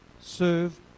serve